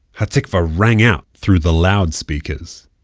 ha'tikvah rang out through the loudspeakers.